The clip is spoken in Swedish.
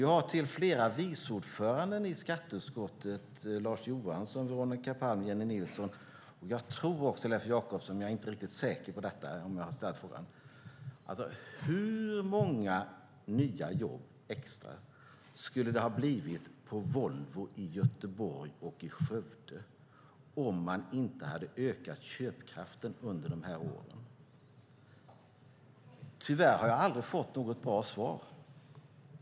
Jag har till flera viceordförande i skatteutskottet - Lars Johansson, Veronica Palm, Jennie Nilsson och jag tror även Leif Jakobsson, men jag är inte riktigt säker på det - ställt frågan: Hur många nya jobb skulle det ha blivit på Volvo i Göteborg och i Skövde om man inte hade ökat köpkraften under dessa år? Tyvärr har jag aldrig fått något bra svar.